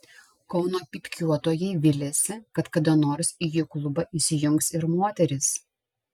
kauno pypkiuotojai viliasi kad kada nors į jų klubą įsijungs ir moterys